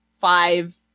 five